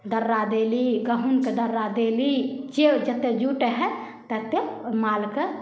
दर्रा देली गहूमके दर्रा देली जे जतेक जुटै हइ ततेत ओहि मालके